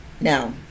now